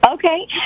Okay